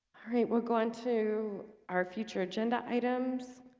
all right, we're going to our future agenda items